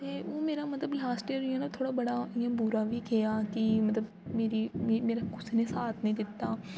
ते ओह् मेरा मतलब लास्ट इयर इ'यां न थोह्ड़ा बड़ा इयां बुरा बी गेआ कि मतलब मेरी म मेरा कुसै ने साथ नि दित्ता